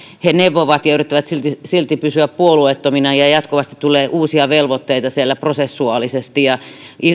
he neuvovat ja yrittävät silti silti pysyä puolueettomina ja jatkuvasti tulee uusia velvoitteita siellä prosessuaalisesti ja